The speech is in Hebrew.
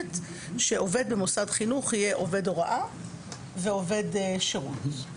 שעובד במוסד חינוך יהיה עובד הוראה ועובד שירות.